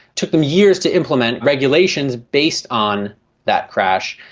took them years to implement regulations based on that crash.